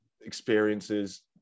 experiences